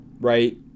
right